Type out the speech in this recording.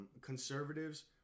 Conservatives